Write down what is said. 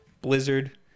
blizzard